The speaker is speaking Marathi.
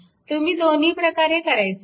तुम्ही दोन्ही प्रकारे करायचे आहे